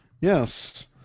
Yes